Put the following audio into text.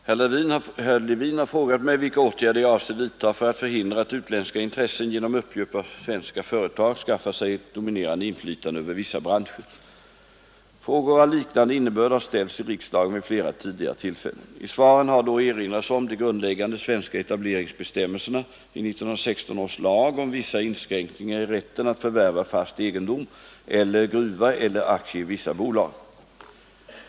Herr talman! Herr Levin har frågat mig vilka åtgärder jag avser vidta för att förhindra att utländska intressen genom uppköp av svenska företag skaffar sig ett dominerande inflytande över vissa branscher. Frågor av liknande innebörd har ställts i riksdagen vid flera tidigare tillfällen. I svaren har då erinrats om de grundläggande svenska etableringsbestämmelserna i 1916 års lag om vissa inskränkningar i rätten att förvärva fast egendom, eller gruva, eller aktier i vissa bolag.